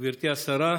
גברתי השרה,